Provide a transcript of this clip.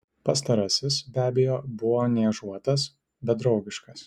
pastarasis be abejo buvo niežuotas bet draugiškas